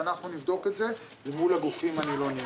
ואנחנו נבדוק את זה מול הגופים הנילונים.